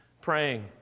praying